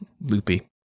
loopy